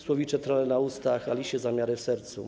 Słowicze trele na ustach, a lisie zamiary w sercu.